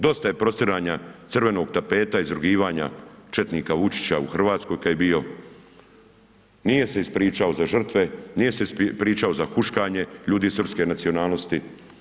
Dosta je prostiranja crvenog tapeta, izrugivanja četnička Vučića u Hrvatskoj kada je bio, nije se ispričao za žrtve, nije se ispričao za huškanje ljudi srpske nacionalnosti.